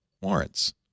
warrants